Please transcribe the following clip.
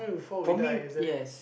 for me yes